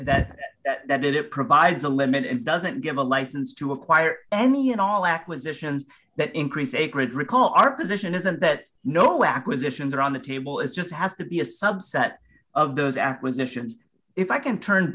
call that that it provides a limit it doesn't give a license to acquire any and all acquisitions that increase sacred recall our position isn't that no acquisitions are on the table is just has to be a subset of those acquisitions if i can turn